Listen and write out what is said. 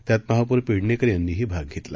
त्यात महापौर पेडणेकर यांनीही भाग घेतला